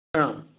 ꯑ